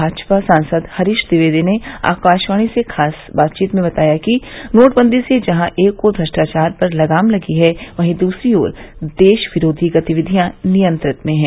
भाजपा सांसद हरीश ट्विवेदी ने आकाशवाणी से खास बातचीत में बताया कि नोटबंदी से जहां एक ओर भ्रष्टाचार पर लगाम लगी है वहीं दूसरी ओर देश विरोधी गतिविधियां नियंत्रित में हैं